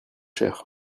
cher